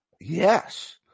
Yes